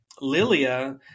Lilia